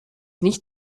nicht